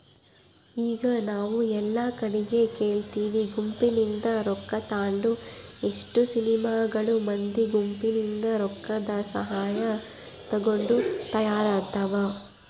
ಈಗ ನಾವು ಎಲ್ಲಾ ಕಡಿಗೆ ಕೇಳ್ತಿವಿ ಗುಂಪಿನಿಂದ ರೊಕ್ಕ ತಾಂಡು ಎಷ್ಟೊ ಸಿನಿಮಾಗಳು ಮಂದಿ ಗುಂಪಿನಿಂದ ರೊಕ್ಕದಸಹಾಯ ತಗೊಂಡು ತಯಾರಾತವ